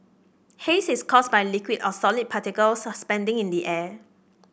haze is caused by liquid or solid particles suspending in the air